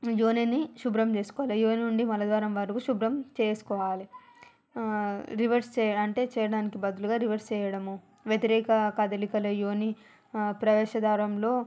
యోనిని శుభ్రం చేసుకోవాలె యోని నుండి మలద్వారం వరకు శుభ్రం చేసుకోవాలి రివర్స్ చైర్ అంటే చేయడానికి బదులుగా రివర్స్ర్స్ చేయడము వ్యతిరేఖ కదలికల యోని ప్రవేశద్వారంలో